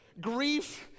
grief